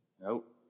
Nope